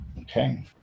Okay